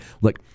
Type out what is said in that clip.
look